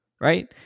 Right